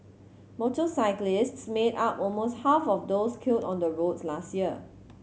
motorcyclists made up almost half of those killed on the roads last year